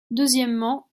deuxièmement